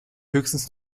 höchstens